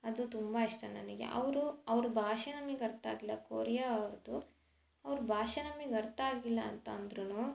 ಅದು ತುಂಬ ಇಷ್ಟ ನನಗೆ ಅವರು ಅವ್ರ ಭಾಷೆ ನಮಗೆ ಅರ್ಥ ಆಗಿಲ್ಲ ಕೊರ್ಯಾ ಅವರದ್ದು ಅವ್ರ ಭಾಷೆ ನಮಿಗೆ ಅರ್ಥ ಆಗಿಲ್ಲ ಅಂತ ಅಂದ್ರು